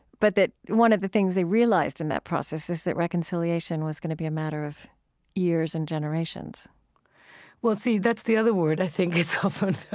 but that one of the things they realized in that process is that reconciliation was going to be a matter of years and generations well, see, that's the other word. i think is often,